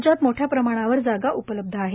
राज्यात मोठ्या प्रमाणावर जागा उपलब्ध आहेत